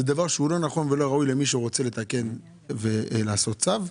שזה דבר שלא נכון ולא ראוי למי שרוצה לתקן ולעשות צו.